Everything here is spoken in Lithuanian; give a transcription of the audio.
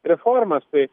reformas tai